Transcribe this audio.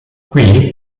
qui